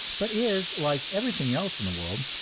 but is, like everything else in the world,